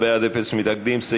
בעד, אפס מתנגדים, נמנע אחד.